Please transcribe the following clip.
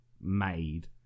made